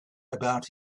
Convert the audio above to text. about